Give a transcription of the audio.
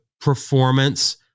performance